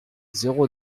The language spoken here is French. zéro